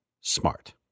smart